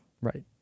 Right